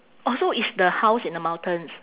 oh so it's the house in the mountains